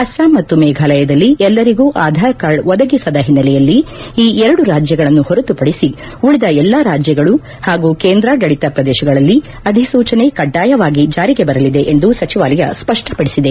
ಅಸ್ಪಾಂ ಮತ್ತು ಮೇಫಾಲಯದಲ್ಲಿ ಎಲ್ಲರಿಗೂ ಆಧಾರ್ ಕಾರ್ಡ್ ಒದಗಿಸದ ಹಿನ್ನೆಲೆಯಲ್ಲಿ ಈ ಎರಡು ರಾಜ್ಯಗಳನ್ನು ಹೊರತುಪಡಿಸಿ ಉಳಿದ ಎಲ್ಲಾ ರಾಜ್ಯಗಳು ಹಾಗೂ ಕೇಂದ್ರಾಡಳಿತ ಪ್ರದೇಶಗಳಲ್ಲಿ ಅಧಿಸೂಚನೆ ಕಡ್ಗಾಯವಾಗಿ ಜಾರಿಗೆ ಬರಲಿದೆ ಎಂದು ಸಚಿವಾಲಯ ಸ್ಪಷ್ಪಪಡಿಸಿದೆ